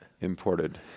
imported